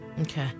Okay